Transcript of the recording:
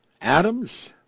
atoms